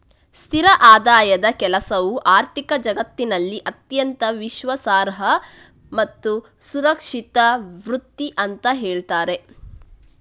ಸ್ಥಿರ ಆದಾಯದ ಕೆಲಸವು ಆರ್ಥಿಕ ಜಗತ್ತಿನಲ್ಲಿ ಅತ್ಯಂತ ವಿಶ್ವಾಸಾರ್ಹ ಮತ್ತು ಸುರಕ್ಷಿತ ವೃತ್ತಿ ಅಂತ ಹೇಳ್ತಾರೆ